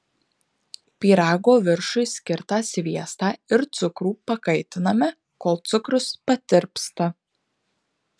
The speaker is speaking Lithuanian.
pyrago viršui skirtą sviestą ir cukrų pakaitiname kol cukrus patirpsta